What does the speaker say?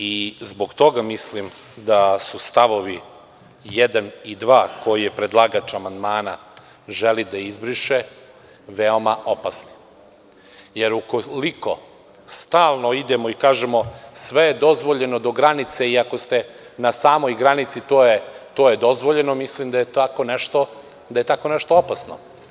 I, zbog toga, mislim, da su stavovi 1. i 2, koji je predlagač amandmana želi da izbriše, veoma opasni, jer ukoliko stalno idemo i kažemo sve je dozvoljeno do granice i ako ste na samoj granici to je dozvoljeno, mislim da je tako nešto opasno.